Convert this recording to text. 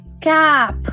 CAP